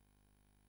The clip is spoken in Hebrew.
שבעברה הייתה מ"פית,